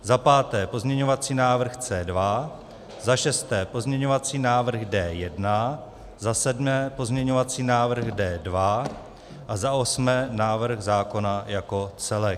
Za páté pozměňovací návrh C2, za šesté pozměňovací návrh D1, za sedmé pozměňovací návrh D2 a za osmé návrh zákona jako celek.